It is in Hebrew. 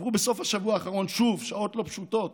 שעברו בסוף השבוע האחרון שוב שעות לא פשוטות